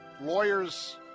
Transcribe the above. Lawyers